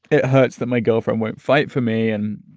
it hurts that my go from won't fight for me. and,